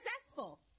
successful